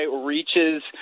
reaches